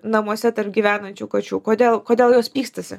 namuose tarp gyvenančių kačių kodėl kodėl jos pykstasi